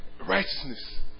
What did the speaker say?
Righteousness